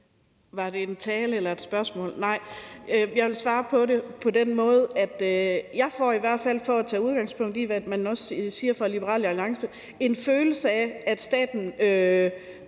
Var det en tale eller et spørgsmål? Jeg vil svare ved at sige, at jeg i hvert fald, for at tage udgangspunkt i, hvad man også siger fra Liberal Alliances side, får en følelse af, at staten